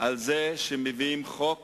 על כך שמביאים חוק